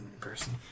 person